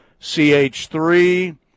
CH3